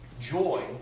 joy